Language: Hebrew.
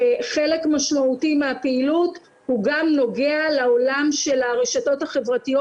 שחלק משמעותי מהפעילות הוא גם נוגע לעולם של הרשתות החברתיות.